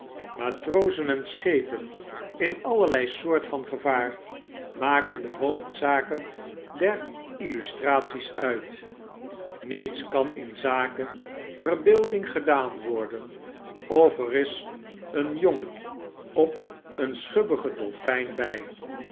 matrozen en schepen in allerlei soort van gevaar maken dehoofdzaken der illustraties uit niets kail in zake verbeelding gedaan worden of er is een jongen op een schubbigen dolfijn by